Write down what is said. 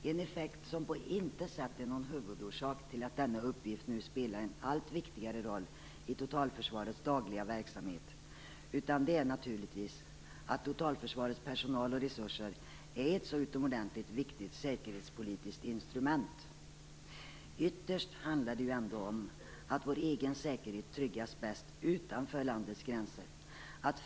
Den effekten är dock på intet sätt är någon huvudorsak till att denna uppgift nu spelar en allt viktigare roll i totalförsvarets dagliga verksamhet. Det handlar naturligtvis om att totalförsvarets personal och resurser är ett så utomordentligt viktigt säkerhetspolitiskt instrument. Ytterst handlar det ju ändå om att vår egen säkerhet tryggas bäst utanför landets gränser.